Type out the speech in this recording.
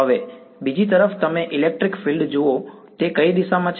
હવે બીજી તરફ તમે ઈલેક્ટ્રિક ફિલ્ડને જુઓ તે કઈ દિશામાં છે